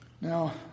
Now